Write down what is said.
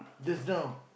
just now